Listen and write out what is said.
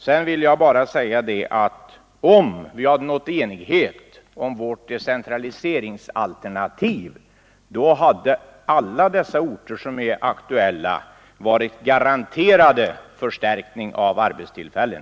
Sedan vill jag bara säga att om vi hade nått enighet om vårt decentraliseringsalternativ hade alla dessa orter som är aktuella varit garanterade förstärkning av arbetstillfällen.